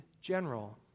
general